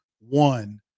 one